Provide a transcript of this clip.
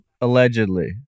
Allegedly